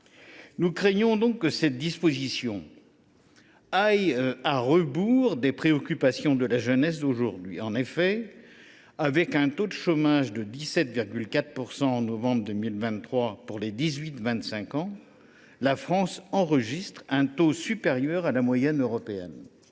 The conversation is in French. Nous craignons donc que cette disposition aille à rebours des préoccupations de la jeunesse d’aujourd’hui. En effet, avec un taux de chômage des 18 25 ans de 17,4 % en novembre 2023, la France enregistre un taux supérieur à la moyenne européenne.